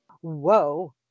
Whoa